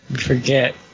forget